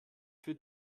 für